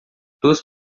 duas